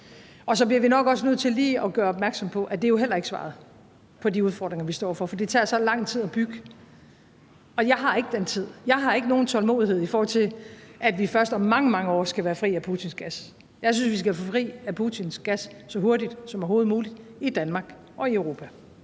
Så bliver vi nok også nødt til lige at gøre opmærksom på, at det jo heller ikke er svaret på de udfordringer, vi står over for, for det tager så lang tid at bygge, og jeg har ikke den tid. Jeg har ikke nogen tålmodighed, i forhold til at vi først om mange, mange år skal være fri af Putins gas. Jeg synes, vi skal gøre os fri af Putins gas så hurtigt som overhovedet muligt i Danmark og i Europa.